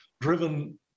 driven